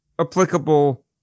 applicable